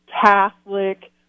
Catholic